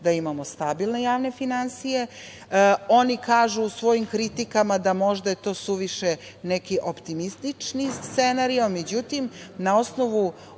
da imamo stabilne javne finansije. Oni kažu u svojim kritikama da je to možda suviše neki optimistični scenario. Međutim, na osnovu